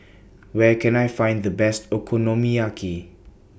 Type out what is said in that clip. Where Can I Find The Best Okonomiyaki